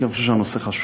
כי אני חושב שהנושא חשוב,